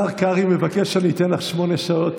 השר קרעי מבקש שאני אתן לך שמונה שעות,